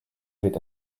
wird